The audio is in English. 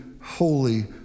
holy